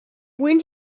when